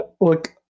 Look